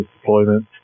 deployment